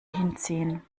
hinziehen